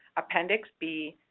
appendix b,